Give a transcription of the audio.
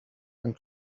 and